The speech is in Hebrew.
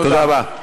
תודה.